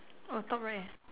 oh top right ah